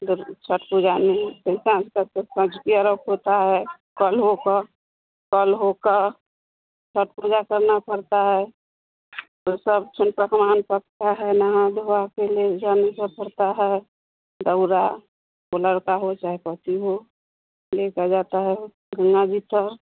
दो छठ पूजा में सँझकी अरघ होता है कल होक कल होक छठ पूजा करना पड़ता है तो सब पकवान पकता है नहा धोआ के पड़ता है दौरा वो लड़का हो चाहे हो लेकर जाता हे गंगा जी